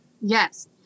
yes